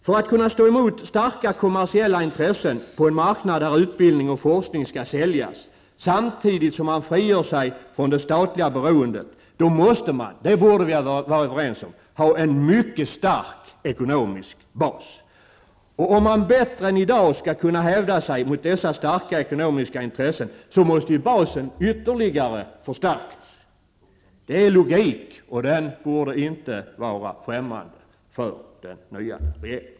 För att kunna stå emot starka kommersiella intressen på en marknad där utbildning och forskning skall säljas, samtidigt som man frigör sig från det statliga beroendet, måste man -- det borde vi ändå vara överens om -- ha en mycket stark ekonomisk bas. Om man bättre än i dag skall kunna hävda sig mot dessa starka ekonomiska intressen, måste ju basen ytterligare förstärkas. Det är logik och borde inte vara främmande för den nya regeringen.